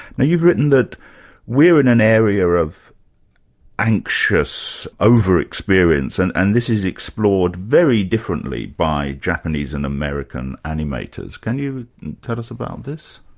now you've written that we're in an area of anxious over-experience, and and this is explored very differently by japanese and american animators. can you tell us about this?